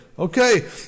Okay